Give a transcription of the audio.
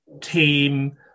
team